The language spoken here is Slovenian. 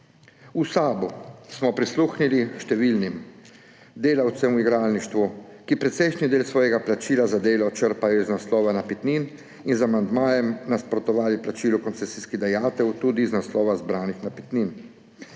V SAB-u smo prisluhnili številnim. Delavcem v igralništvu, ki precejšnji del svojega plačila za delo črpajo z naslova napitnin, in z amandmajem nasprotovali plačilu koncesijskih dajatev tudi z naslova zbranih napitnin.